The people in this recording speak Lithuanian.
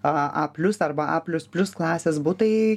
a plius arba a plius plius klasės butai iki